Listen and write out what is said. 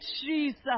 Jesus